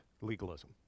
legalism